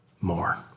more